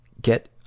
get